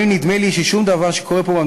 לפעמים נדמה לי ששום דבר שקורה פה,